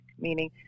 meaning